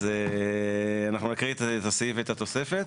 אז אנחנו נקריא את הסעיף ואת התוספת